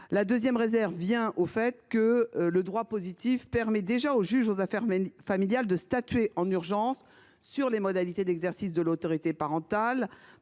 Ma seconde réserve vient du fait que le droit positif permet déjà au juge aux affaires familiales de statuer en urgence sur les modalités d’exercice de l’autorité parentale